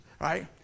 right